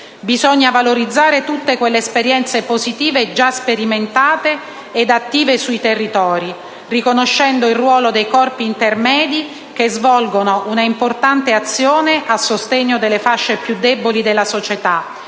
bisogna valorizzare tutte quelle esperienze positive già sperimentate ed attive sui territori, riconoscendo il ruolo dei corpi intermedi, che svolgono un'importante azione a sostegno delle fasce più deboli della società